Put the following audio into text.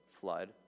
flood